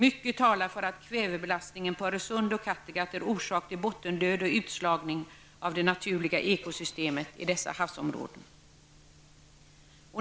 Mycket talar för att kvävebelastning på Öresund och Kattegatt är orsaken till bottendöd och utslagning av det naturliga ekosystemet i dessa havsområden.